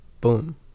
boom